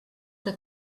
que